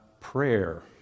prayer